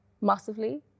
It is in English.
massively